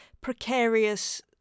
precarious